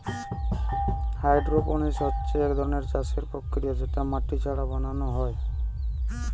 hydroponics হতিছে এক ধরণের চাষের প্রক্রিয়া যেটা মাটি ছাড়া বানানো হয়ঢু